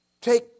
Take